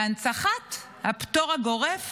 והנצחת הפטור הגורף